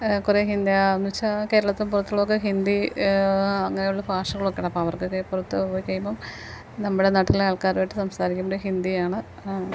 കുറേ ഹിന്ദി എന്നുവെച്ചാൽ കേരളത്തിനു പുറത്തുള്ളവര്ക്ക് ഹിന്ദി അങ്ങനെയുള്ള ഭാഷകളൊക്കെയാണ് അപ്പോൾ അവര്ക്കൊക്കെ പുറത്തുപോയി കഴിയുമ്പം നമ്മുടെ നാട്ടിലെ ആള്ക്കാരുമായിട്ട് സംസാരിക്കുന്നത് ഹിന്ദിയാണ്